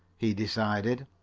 he decided.